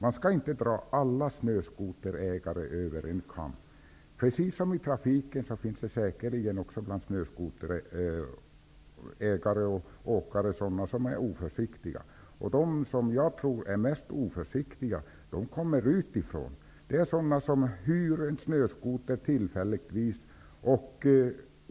Man skall inte dra alla snöskoterägare över en kam. Precis som i trafiken finns det säkert också bland snöskoterägare och snöskoteråkare sådana som är oförsiktiga. De som är mest oförsiktiga, tror jag är de som kommer utifrån; de som tillfälligtvis hyr en snöskoter.